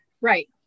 Right